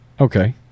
Okay